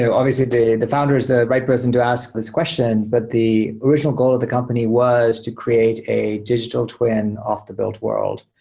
yeah obviously, the the founder is the right person to ask this question. but the original goal of the company was to create a digital twin of the built world.